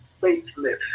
faithless